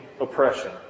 oppression